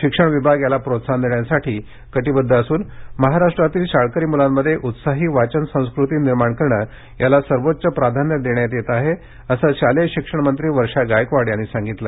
शिक्षण विभाग याला प्रोत्साहन देण्यासाठी कटिबद्ध असून महाराष्ट्रातील शाळकरी मुलांमध्ये उत्साही वाचन संस्कृती निर्माण करणे याला सर्वोच्च प्राधान्यक्रम देण्यात येत आहे असं शालेय शिक्षणमंत्री वर्षा गायकवाड यांनी सांगितलं